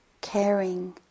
caring